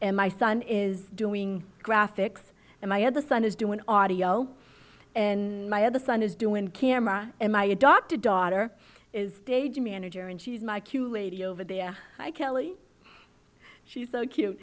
and my son is doing graphics and my other son is doing audio and my other son is doing camera and my adopted daughter is stage manager and she is my cue lady over there i kellie she's so cute